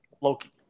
Loki